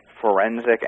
forensic